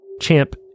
Champ